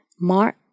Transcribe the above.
Mark